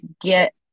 get